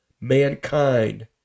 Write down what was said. mankind